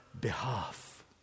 behalf